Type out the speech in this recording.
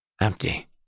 empty